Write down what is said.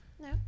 No